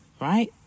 right